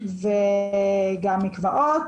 וגם מקוואות.